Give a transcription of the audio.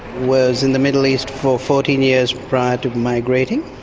was in the middle east for fourteen years prior to migrating